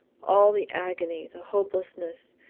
all the agony, the hopelessness,